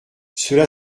cela